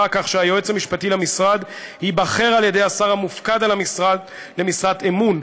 כך שהיועץ המשפטי למשרד ייבחר על ידי השר המופקד על המשרד למשרת אמון,